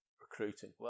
recruiting